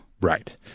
Right